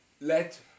let